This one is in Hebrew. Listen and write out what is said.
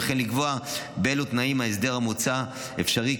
וכן לקבוע באלו תנאים ההסדר המוצע אפשרי,